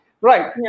Right